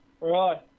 Right